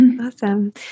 Awesome